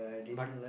but